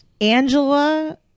Angela